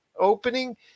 opening